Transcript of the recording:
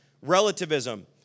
Relativism